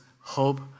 hope